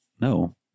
No